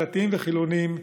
דתיים וחילונים,